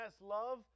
love